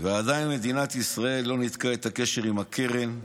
ועדיין מדינת ישראל לא ניתקה את הקשר עם קרן וקסנר,